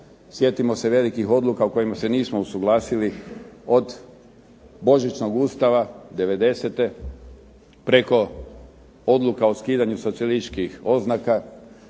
Sjetimo se veliki odluka o kojima se nismo usuglasili od božićnog Ustava '90.-te, preko odluka o skidanju socijalislitičkih oznaka,